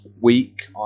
week